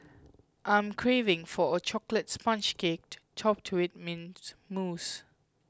I am craving for a Chocolate Sponge Cake topped to it Mint Mousse